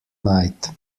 night